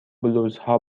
بلوزها